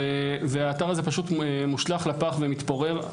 והאתר הזה פשוט מושלך לפח ומתפורר.